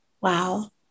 Wow